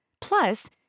Plus